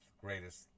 greatest